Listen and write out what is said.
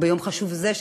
וביום חשוב זה,